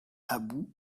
aboud